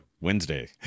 Wednesday